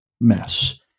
mess